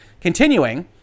continuing